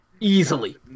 easily